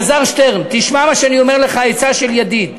אלעזר שטרן, תשמע מה שאני אומר לך, עצה של ידיד: